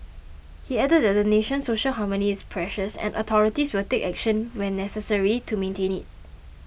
he added that the nation's social harmony is precious and authorities will take action when necessary to maintain it